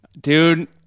Dude